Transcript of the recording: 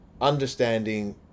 understanding